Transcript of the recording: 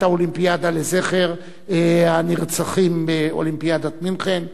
האולימפיאדה לזכר הנרצחים באולימפיאדת מינכן.